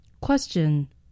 Question